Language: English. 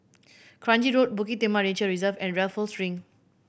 Kranji Road Bukit Timah Nature Reserve and Raffles Link